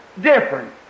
different